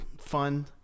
fun